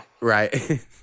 Right